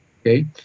Okay